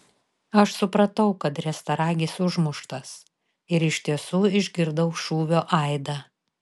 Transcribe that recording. aš supratau kad riestaragis užmuštas ir iš tiesų išgirdau šūvio aidą